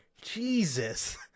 Jesus